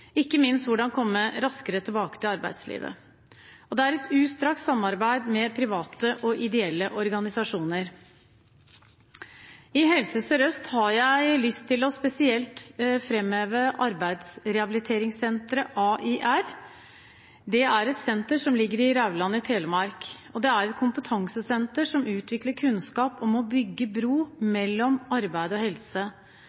ikke minst hvordan komme raskere tilbake til arbeidslivet. Det er et utstrakt samarbeid med private og ideelle organisasjoner. I Helse Sør-Øst har jeg lyst til spesielt å framheve arbeidsrehabiliteringssenteret AiR, som ligger i Rauland i Telemark. Det er et kompetansesenter som utvikler kunnskap om å bygge bro mellom arbeid og helse.